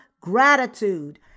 gratitude